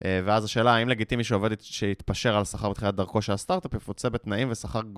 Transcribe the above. ואז השאלה, האם לגיטימי שעובד, שהתפשר על שכר בתחילת דרכו של הסטארט-אפ יפוצה בתנאים ושכר